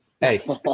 hey